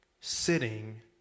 sitting